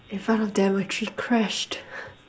in front of them a tree crashed